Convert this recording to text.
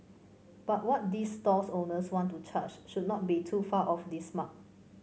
but what these stalls owners want to charge should not be too far off this mark